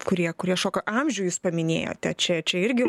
kurie kurie šoka amžių jūs paminėjote čia čia irgi